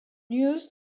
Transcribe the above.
used